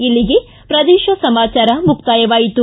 ಇಲ್ಲಿಗೆ ಪ್ರದೇಶ ಸಮಾಚಾರ ಮುಕ್ತಾಯವಾಯಿತು